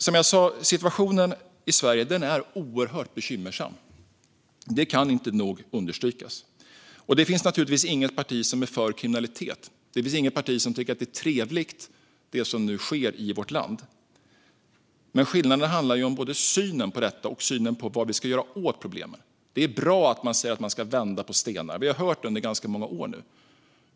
Som jag sa är situationen i Sverige oerhört bekymmersam. Det kan inte nog understrykas. Det finns naturligtvis inget parti som är för kriminalitet, och det finns inget parti som tycker att det som nu sker i vårt land är trevligt. Men skillnaden handlar om både synen på detta och synen på vad vi ska göra åt problemen. Det är bra att man säger att man ska vända på stenar, vilket vi har hört under ganska många år nu.